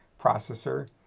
processor